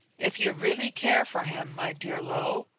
if you really care for him, my dear lo,